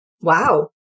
Wow